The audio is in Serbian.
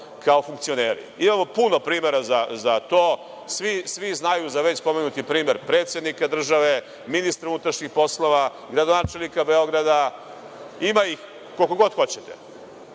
kao funkcioneri. Imamo puno primera za to. Svi znaju za već spomenuti primer predsednika države, ministra unutrašnjih poslova, gradonačelnika Beograda. Ima ih koliko god hoćete.